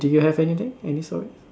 do you have anything any stories